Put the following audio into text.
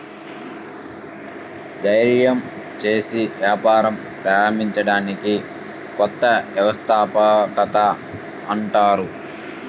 ధైర్యం చేసి వ్యాపారం ప్రారంభించడాన్ని కొత్త వ్యవస్థాపకత అంటారు